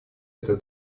эту